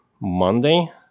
Monday